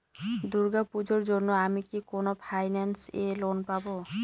দূর্গা পূজোর জন্য আমি কি কোন ফাইন্যান্স এ লোন পাবো?